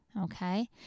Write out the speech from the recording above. Okay